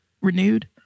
renewed